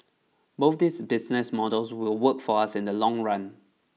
both these business models will work for us in the long run